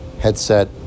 headset